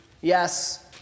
yes